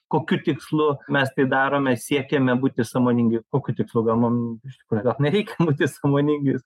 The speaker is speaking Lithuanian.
kokiu tikslu mes tai darome siekiame būti sąmoningi kokiu tikslu gal mum iš tikrųjų gal nereikia būti sąmoningais